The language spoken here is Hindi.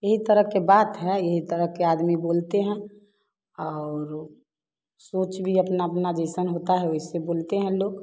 ये तरह के बाद है यही तरह के आदमी बोलते हैं और सोच भी अपना अपना जइसन होता है वैसे बोलते हैं लोग